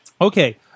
Okay